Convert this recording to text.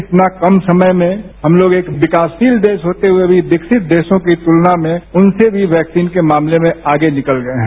इतना कम समय में हम लोग एक विकासशील देश होते हुए भी विकसित देशों की तुलना में उनसे भी वैकसीन के मामले में आगे निकल गये हैं